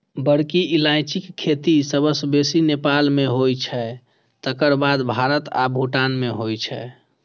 बड़की इलायचीक खेती सबसं बेसी नेपाल मे होइ छै, तकर बाद भारत आ भूटान मे होइ छै